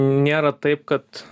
nėra taip kad